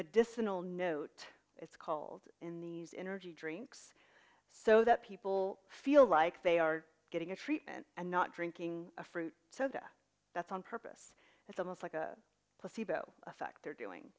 medicinal note it's called in these energy drinks so that people feel like they are getting a treatment and not drinking fruit so that's on purpose it's almost like a placebo effect they're doing